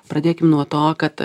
pradėkim nuo to kad